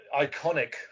iconic